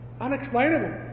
Unexplainable